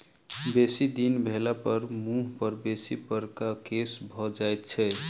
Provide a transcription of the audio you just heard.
बेसी दिन भेलापर मुँह पर बेसी बड़का केश भ जाइत छै